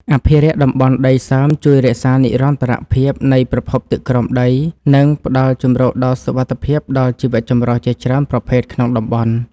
អភិរក្សតំបន់ដីសើមជួយរក្សានិរន្តរភាពនៃប្រភពទឹកក្រោមដី និង ផ្ដល់ជម្រកដ៏សុវត្ថិភាពដល់ជីវចម្រុះជាច្រើនប្រភេទក្នុងតំបន់។